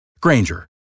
Granger